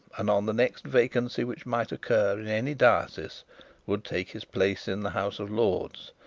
and on the next vacancy which might occur in any diocese would take his place in the house of lords,